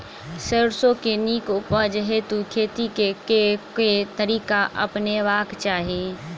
सैरसो केँ नीक उपज हेतु खेती केँ केँ तरीका अपनेबाक चाहि?